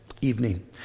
evening